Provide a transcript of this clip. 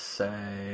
say